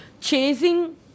chasing